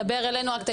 אנחנו, את